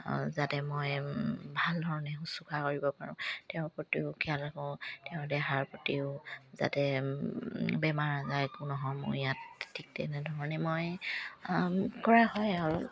যাতে মই ভাল ধৰণে শুশ্ৰূষা কৰিব পাৰোঁ তেওঁৰ প্ৰতিও খেয়াল ৰাখোঁ তেওঁ দেহাৰ প্ৰতিও যাতে বেমাৰ আজাৰ কোনো সময় ইয়াত ঠিক তেনেধৰণে মই কৰা হয় আৰু